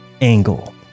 angle